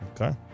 Okay